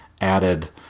added